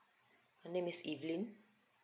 her name is evelyn